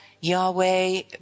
Yahweh